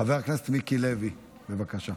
חבר הכנסת מיקי לוי, בבקשה.